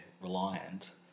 reliant